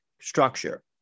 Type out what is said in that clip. structure